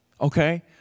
okay